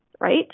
right